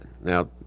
Now